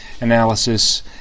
analysis